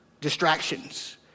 distractions